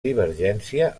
divergència